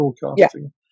broadcasting